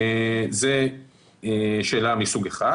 שזו שאלה מסוג אחד.